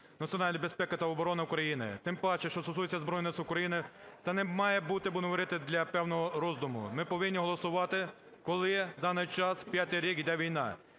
національної безпеки та оборони України, тим паче, що стосується Збройних Сил України, це не має бути, будемо говорити, для певного роздуму. Ми повинні голосувати, коли в даний час 5-й рік йде війна.